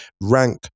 rank